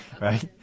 right